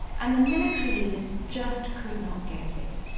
and the military leaders just could not get it.